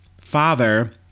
father